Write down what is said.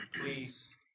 please